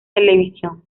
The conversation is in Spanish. televisión